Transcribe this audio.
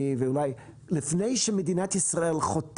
לפני שמדינת ישראל,